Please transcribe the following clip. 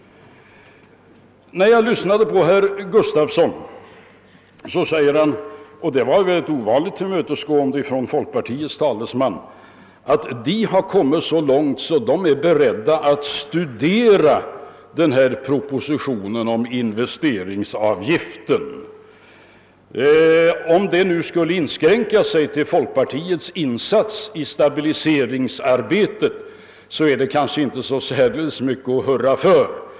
Sedan sade herr Gustafson i Göteborg — och det var ett ovanligt tillmötesgående från folkpartiets talesman — att man nu har kommit så långt att man är beredd att stödja propositionen om investeringsavgiften. Men om folkpartiets insats i stabiliseringsarbetet skulle inskränka sig till bara det, så är det kanske inte så mycket att hurra för.